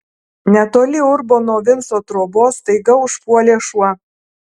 netoli urbono vinco trobos staiga užpuolė šuo